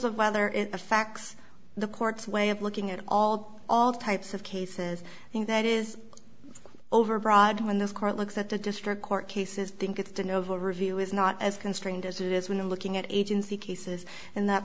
of whether it's a fax the court's way of looking at all all types of cases i think that is overbroad when this court looks at the district court cases think it's a novo review is not as constrained as it is when looking at agency cases and that